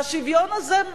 והשוויון הזה,